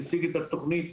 הציג את התוכנית,